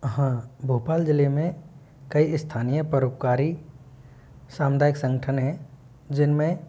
हाँ भोपाल ज़िले में कई स्थानीय परोपकारी सामुदायिक संगठन है जिन में